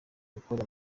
gukora